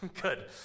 Good